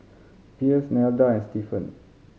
Pierce Nelda and Stephen